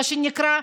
מה שנקרא,